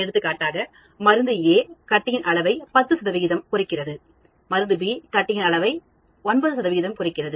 எடுத்துக்காட்டாக மருந்து A கட்டியின் அளவை 10 சதவீதம் குறைகிறது மருந்து B கட்டியின் அளவை 9 சதவீதம் குறைகிறது